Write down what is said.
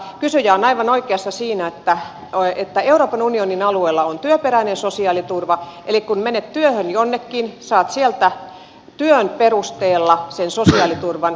kysyjä on aivan oikeassa siinä että euroopan unionin alueella on työperäinen sosiaaliturva eli kun menet työhön jonnekin saat sieltä työn perusteella sen sosiaaliturvan